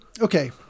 okay